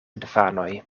infanoj